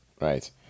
right